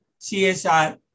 CSR